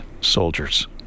soldiers